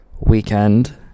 weekend